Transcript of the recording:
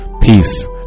Peace